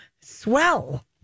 swell